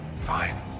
Fine